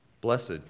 Blessed